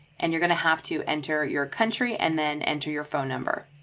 and you're going to have to enter your country and then enter your phone number.